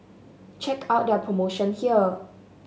check out their promotion here